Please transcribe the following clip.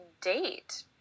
date